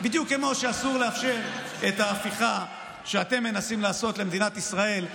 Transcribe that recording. בדיוק כמו שאסור לאפשר את ההפיכה שאתם מנסים לעשות למדינת ישראל,